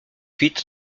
huit